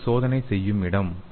இது சோதனை செய்யும் இடம்